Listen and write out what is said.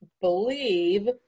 believe